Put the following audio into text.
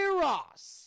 Ross